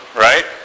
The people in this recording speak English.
Right